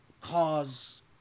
cause